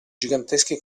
giganteschi